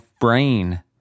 brain